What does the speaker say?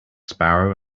sparrow